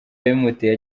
yabimuteye